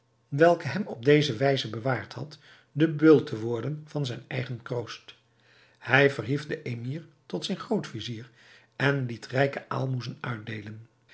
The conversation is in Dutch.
welke hem op deze wijze bewaard had de beul te worden van zijn eigen kroost hij verhief den emir tot zijn groot-vizier en liet rijke aalmoezen uitdeelen